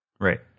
Right